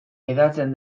hedatzen